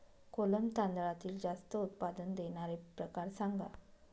कोलम तांदळातील जास्त उत्पादन देणारे प्रकार सांगा